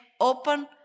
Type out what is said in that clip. open